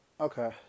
okay